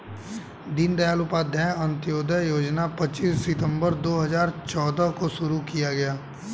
दीन दयाल उपाध्याय अंत्योदय योजना पच्चीस सितम्बर दो हजार चौदह को शुरू किया गया